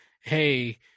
hey